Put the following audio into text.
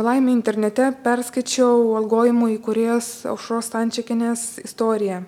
laimė internete perskaičiau algojimo įkūrėjos aušros stančikienės istoriją